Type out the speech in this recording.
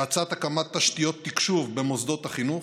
1. האצת הקמת תשתיות תקשוב במוסדות החינוך,